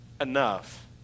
enough